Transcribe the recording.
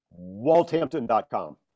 Walthampton.com